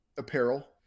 Apparel